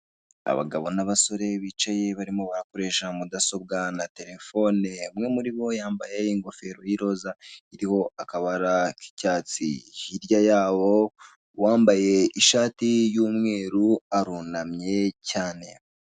Abagabo n'abasore bicaye barimo barakoresha mudasobwa na telefone, umwe muri bo yambaye ingofero y'iroza iriho akabara k'icyatsi, hirya yaho uwambaye ishati y'umweru, arunamye cyane.